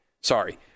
sorry